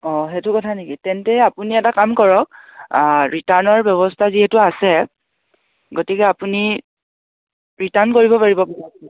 অঁ সেইটো কথা নিকি তেন্তে আপুনি এটা কাম কৰক ৰিটাৰ্ণৰ ব্যৱস্থা যিহেতু আছে গতিকে আপুনি ৰিটাৰ্ণ কৰিব পাৰিব